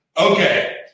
Okay